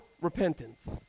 repentance